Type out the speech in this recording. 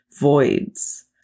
voids